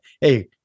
hey